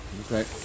Okay